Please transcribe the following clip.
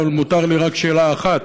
אבל מותר לי רק שאלה אחת,